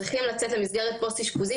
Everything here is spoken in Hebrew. הם צריכים לצאת למסגרת פוסט-אשפוזית,